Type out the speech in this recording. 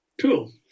cool